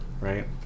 right